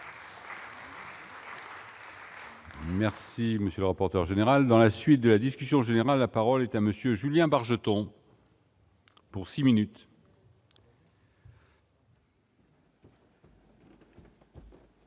Merci, monsieur le rapporteur général dans la suite de la discussion générale, la parole est à monsieur Julien Bargeton. Pour 6 minutes.